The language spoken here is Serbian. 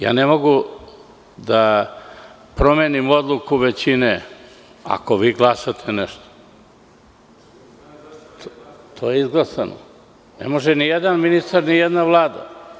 Ne mogu da promenim odluku većine ako vi glasate nešto, to je izglasano, ne može ni jedan ministar, ni jedna vlada.